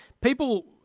people